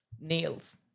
nails